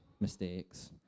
mistakes